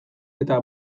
eta